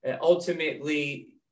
ultimately